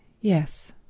Yes